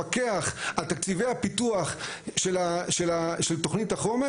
לפקח על תקציבי הפיתוח של תכנית החומש,